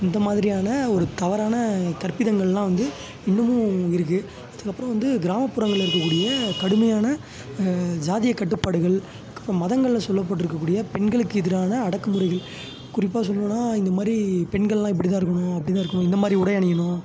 இந்த மாதிரியான ஒரு தவறான கற்பிதங்களெல்லாம் வந்து இன்னுமும் இருக்குது அதுக்கப்புறம் வந்து கிராமப்புறங்களில் இருக்கக்கூடிய கடுமையான ஜாதி கட்டுப்பாடுகள் மதங்களில் சொல்லப்பட்டிருக்கக்கூடிய பெண்களுக்கு எதிரான அடக்கு முறைகள் குறிப்பாக சொல்லணுனால் இந்த மாதிரி பெண்களெல்லாம் இப்படிதான் இருக்கணும் அப்படிதான் இருக்கணும் இந்த மாதிரி உடை அணியணும்